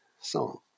song